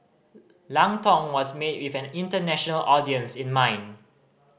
lang Tong was made with an international audience in mind